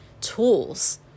tools